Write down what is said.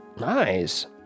Nice